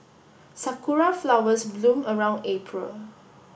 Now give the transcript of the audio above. sakura flowers bloom around April